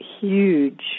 huge